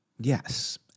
yes